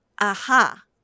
aha